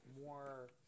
more